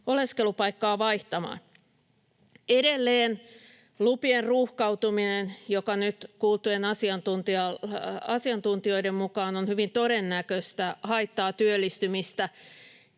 oleskelupaikkaa vaihtamaan. Edelleen lupien ruuhkautuminen, joka nyt kuultujen asiantuntijoiden mukaan on hyvin todennäköistä, haittaa työllistymistä.